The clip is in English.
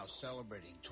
celebrating